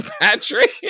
Patrick